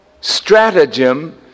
stratagem